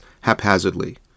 haphazardly